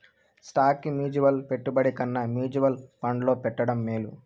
stock mutual పెట్టుబడి కన్నా mutual ఫండ్లో పెట్టడం మేలు